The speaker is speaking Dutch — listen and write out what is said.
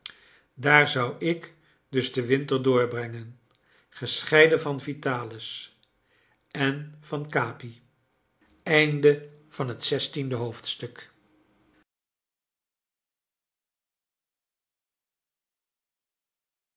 daar zou ik dus den winter doorbrengen gescheiden van vitalis en van capi